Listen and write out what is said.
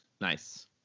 Nice